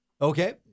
Okay